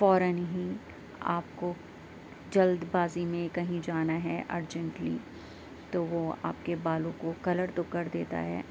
فوراً ہی آپ کو جلد بازی میں کہیں جانا ہے ارجنٹلی تو وہ آپ کے بالوں کو کلر تو کر دیتا ہے